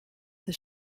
the